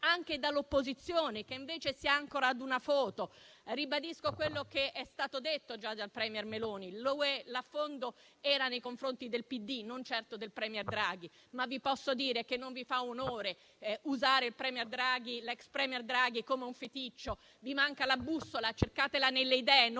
anche dall'opposizione, che invece si ancora ad una foto. Ribadisco quello che è stato detto già dal *premier* Meloni. L'affondo era nei confronti del Partito Democratico, non certo del *premier* Draghi. Vi posso dire però che non vi fa onore usare l'ex *premier* Draghi come un feticcio, vi manca la bussola, cercatela nelle idee, non